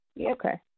Okay